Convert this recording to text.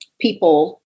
people